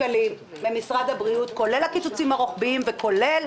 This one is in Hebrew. שקלים ממשרד הבריאות כולל הקיצוצים הרוחביים וכולל